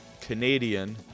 Canadian